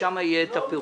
שם יהיה הפירוט.